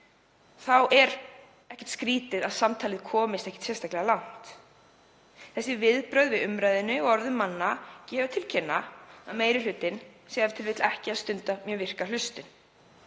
þá er ekkert skrýtið að samtalið komist ekkert sérstaklega langt. Þessi viðbrögð við umræðunni og orðum manna gefa til kynna að meiri hlutinn sé e.t.v. ekki að stunda mjög virka hlustun